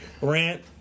rant